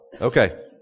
Okay